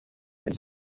his